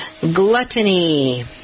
gluttony